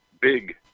Big